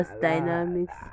dynamics